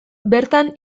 bertan